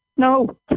No